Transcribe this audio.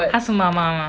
她是妈妈 mah